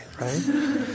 right